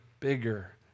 Bigger